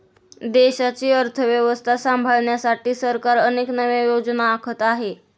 देशाची अर्थव्यवस्था सांभाळण्यासाठी सरकार अनेक नव्या योजना आखत आहे